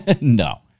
No